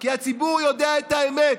כי הציבור יודע את האמת.